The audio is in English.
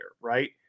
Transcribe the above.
right